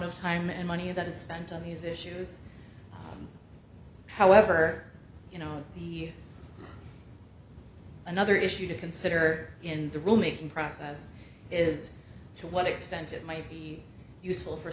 of time and money that is spent on these issues however you know another issue to consider in the room making process is to what extent it might be useful for